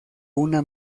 una